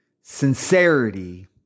sincerity